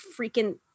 freaking